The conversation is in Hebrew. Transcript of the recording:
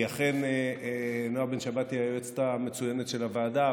כי אכן נועה בן שבת היא היועצת המצוינת של הוועדה,